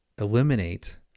eliminate